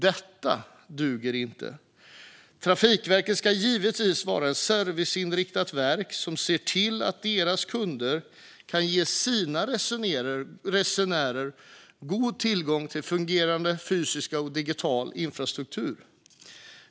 Detta duger inte. Trafikverket ska givetvis vara ett serviceinriktat verk som ser till att deras kunder kan ge sina resenärer god tillgång till fungerande fysisk och digital infrastruktur.